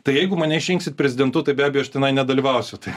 tai jeigu mane išrinksit prezidentu tai be abejo aš tenai nedalyvausiu tai